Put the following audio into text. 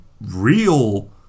real